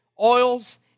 Oils